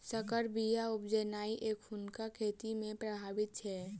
सँकर बीया उपजेनाइ एखुनका खेती मे प्रभावी छै